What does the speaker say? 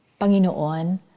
Panginoon